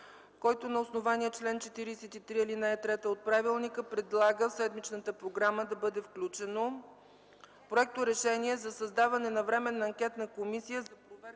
който на основание чл. 43, ал. 3 от правилника предлага в седмичната програма да бъде включено